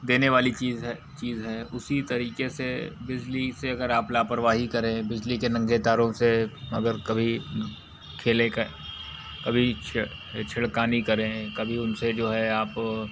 देने वाली चीज़ है चीज़ है उसी तरीके से बिजली से अगर आप लापरवाही करें बिजली के नंगे तारों से अगर कभी खेलें कभी छेड़ छेड़खानी करें कभी उनसे जो है आप